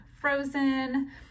frozen